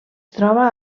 troba